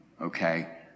okay